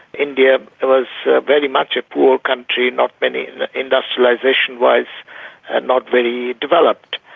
india was very much a poor country, not many industrialisation-wise and not very developed.